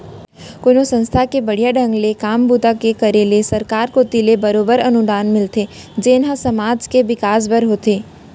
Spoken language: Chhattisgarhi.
कोनो संस्था के बड़िहा ढंग ले काम बूता के करे ले सरकार कोती ले बरोबर अनुदान मिलथे जेन ह समाज के बिकास बर बने होथे